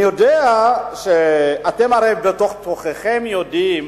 אני יודע שבתוך תוככם אתם יודעים